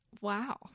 wow